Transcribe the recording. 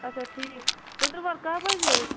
اچھا ٹھیٖک ژِندروار کاہ بجے حظ